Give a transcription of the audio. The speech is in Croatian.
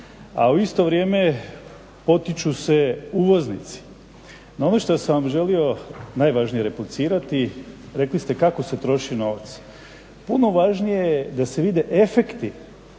a u isto vrijeme potiču se uvoznici. No ono što sam vam želio najvažnije replicirati rekli ste kako se troši novac. Puno je važnije da se vide efekti